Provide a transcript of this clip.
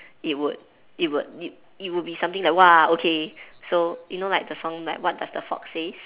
it would it would it it would be something like !wah! okay so you know like the song like what does the fox says